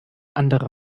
andere